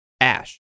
ash